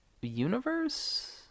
universe